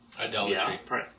Idolatry